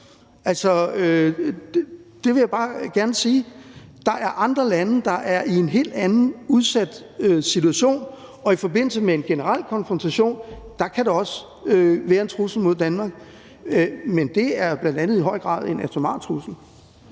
Det vil jeg bare gerne sige. Der er andre lande, der er i en helt anden udsat situation, og i forbindelse med en generel konfrontation kan der også være en trussel mod Danmark, men det er jo bl.a. i høj grad en atomar trussel.